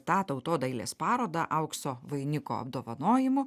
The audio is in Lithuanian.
tą tautodailės parodą aukso vainiko apdovanojimų